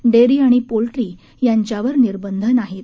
डक्करी आणि पोल्ट्री यांच्यावर निर्बंध नाहीत